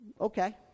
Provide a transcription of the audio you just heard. okay